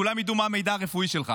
כולם ידעו מה המידע הרפואי שלך,